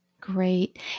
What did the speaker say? Great